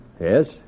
Yes